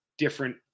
different